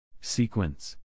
Sequence